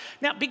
Now